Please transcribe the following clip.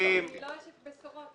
אני לא אשת בשורות,